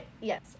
Yes